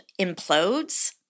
implodes